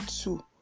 two